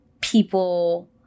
people